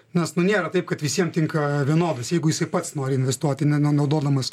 nes nu nėra taip kad visiem tinka vienodas jeigu jisai pats nori investuoti ne nenaudodamas